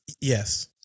Yes